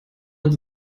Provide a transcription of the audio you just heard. and